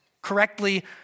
Correctly